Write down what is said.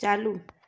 चालू